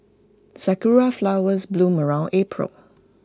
Sakura Flowers bloom around April